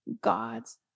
God's